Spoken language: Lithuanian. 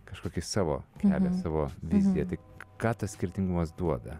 kažkokį savo kelią savo viziją tai ką tas skirtingumas duoda